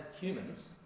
humans